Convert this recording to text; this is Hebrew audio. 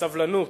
בסבלנות.